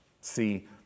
See